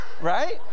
Right